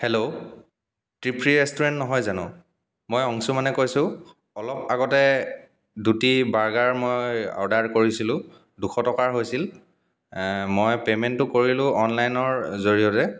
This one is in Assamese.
হেল্ল' তৃপ্তি ৰেষ্টুৰেণ্ট নহয় জানো মই অংশুমানে কৈছোঁ অলপ আগতে দুটি বাৰ্গাৰ মই অৰ্ডাৰ কৰিছিলোঁ দুশ টকাৰ হৈছিল মই পে'মেণ্টটো কৰিলোঁ অনলাইনৰ জৰিয়তে